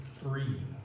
three